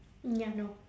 ya no